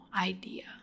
idea